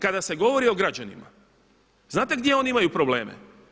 Kada se govori o građanima znate gdje oni imaju probleme?